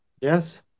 Yes